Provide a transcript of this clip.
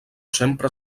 sempre